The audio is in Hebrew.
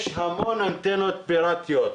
יש המון אנטנות פירטיות.